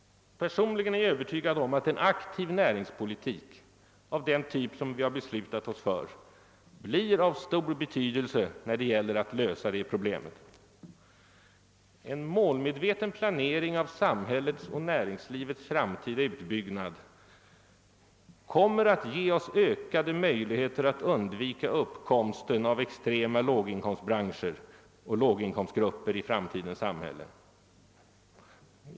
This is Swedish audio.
Personligen är jag övertygad om att en aktiv näringspolitik av den typ som vi beslutat oss för blir av stor betydelse när det gäller att lösa dessa problem. En målmedveten planering av samhällets och näringslivets framtida utbygg nad kommer att ge oss ökade möjligheter att undvika uppkomsten av extrema låginkomstbranscher och låginkomstgrupper i framtidens samhälle.